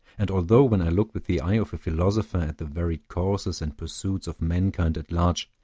and although when i look with the eye of a philosopher at the varied courses and pursuits of mankind at large,